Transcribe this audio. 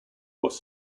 was